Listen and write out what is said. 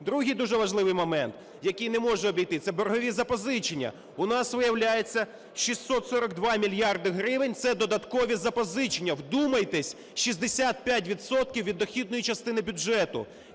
Другий дуже важливий момент, який не можна обійти, це боргові запозичення. У нас, виявляється, 642 мільярди гривень – це додаткові запозичення. Вдумайтесь, 65 відсотків від дохідної частини бюджету.